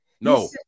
No